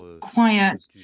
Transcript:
quiet